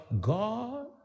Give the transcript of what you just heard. God